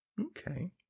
Okay